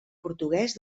portuguès